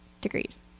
degrees